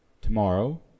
to-morrow